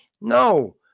No